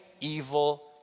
evil